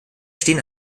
stehen